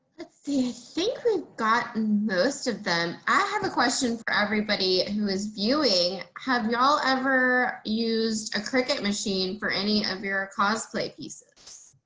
let's see secret gotten most of them. i have a question for everybody who is viewing, have y'all ever used a cricket machine for any of your ah cosplay pieces.